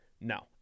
no